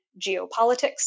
geopolitics